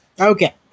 Okay